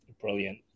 Brilliant